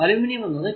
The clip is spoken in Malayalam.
അലൂമിനിയം എന്നത് 2